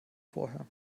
vorher